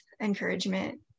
encouragement